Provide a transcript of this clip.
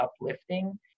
uplifting